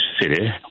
city